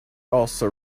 also